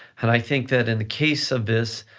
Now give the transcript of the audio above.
and i think that in the case of this,